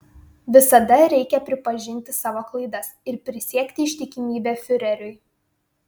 visada reikia pripažinti savo klaidas ir prisiekti ištikimybę fiureriui